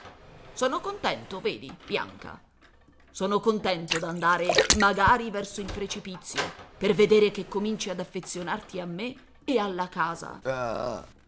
sono contento vedi bianca sono contento d'andare magari verso il precipizio per vedere che cominci ad affezionarti a me e alla casa